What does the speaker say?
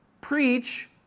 preach